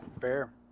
Fair